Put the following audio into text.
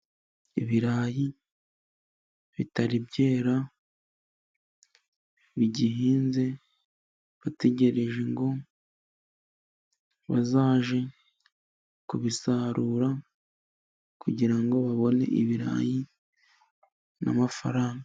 Ibirayi bitari byera bigihinze bategereje ngo bazajye kubisarura, kugira ngo babone ibirayi n'amafaranga.